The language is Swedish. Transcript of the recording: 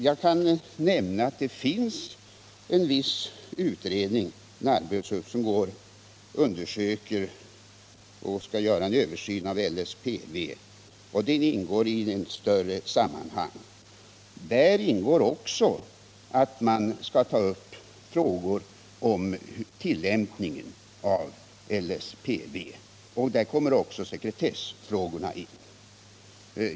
Jag kan nämna att det finns en arbetsgrupp som i ett större sammanhang skall göra en översyn av LSPV. I uppdraget ingår att man skall ta upp tillämpningen av LSPV, och där kommer också sekretessfrågorna in.